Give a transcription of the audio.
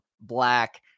black